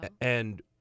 and-